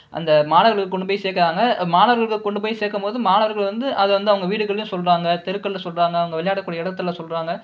அந்த மாணவர்கள் கொண்டு போய் சேர்க்குறாங்க மாணவர்கள் கொண்டு போய் சேர்க்கும் போது மாணவர்கள் வந்து அதை வந்து அவங்க வீடுகளிலயும் சொல்லுறாங்க தெருகள்ல சொல்லுறாங்க அவங்க விளையாடக்கூடிய இடத்தில் சொல்லுறாங்க